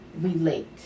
relate